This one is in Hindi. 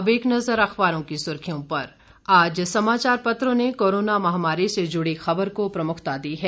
अब एक नजर अखबारों की सुर्खियों पर आज समाचार पत्रों ने कोरोना महामारी से जुड़ी खबर को प्रमुखता दी है